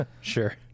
sure